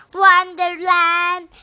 wonderland